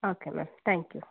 okay madam thank you